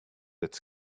its